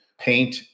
paint